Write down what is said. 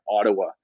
Ottawa